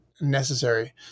necessary